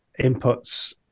inputs